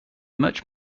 much